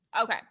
Okay